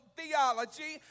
theology